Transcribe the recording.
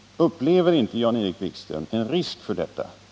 Upplever inte Jan-Erik Wikström en risk för detta?